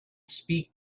speak